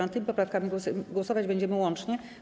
Nad tymi poprawkami głosować będziemy łącznie.